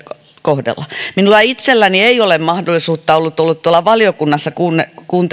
kohdella minulla itselläni ei ole ollut mahdollisuutta olla tuolla valiokunnassa